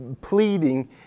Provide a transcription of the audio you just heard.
pleading